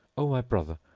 o my brother,